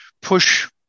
push